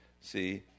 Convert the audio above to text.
See